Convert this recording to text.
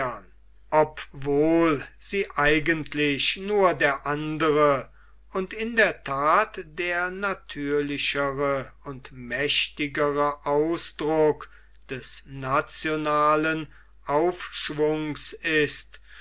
obwohl sie eigentlich nur der andere und in der tat der natürlichere und mächtigere ausdruck des nationalen aufschwungs ist